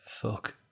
fuck